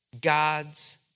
God's